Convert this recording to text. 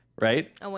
right